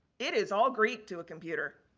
it is all greek to a computer.